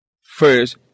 first